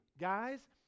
guys